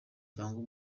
cyangwa